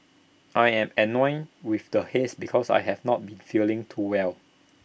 I am annoyed with the haze because I have not been feeling too well